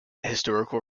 historical